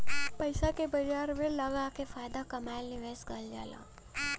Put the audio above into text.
पइसा के बाजार में लगाके फायदा कमाएल निवेश कहल जाला